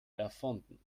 erfunden